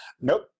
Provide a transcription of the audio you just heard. nope